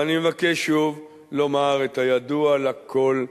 ואני מבקש שוב לומר את הידוע לכול: